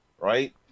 Right